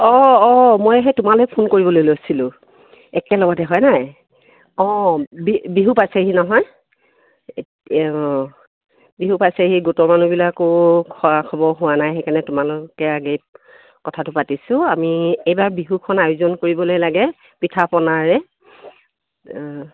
অঁ অঁ মই সেই তোমালৈ ফোন কৰিবলৈ লৈছিলোঁ একেলগতে হয় নাই অঁ বিহু পাইছেহি নহয় এই অঁ বিহু পাইছেহি গোটৰ মানুহবিলাকো খা খবৰ হোৱা নাই সেইকাৰণে তোমালৈকে আগেই কথাটো পাতিছোঁ আমি এইবাৰ বিহুখন আয়োজন কৰিবলৈ লাগে পিঠা পনাৰে